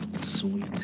Sweet